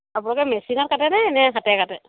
আপোনালোকে মেচিনত কাটেনে নে হাতে কাটে